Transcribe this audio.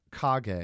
Kage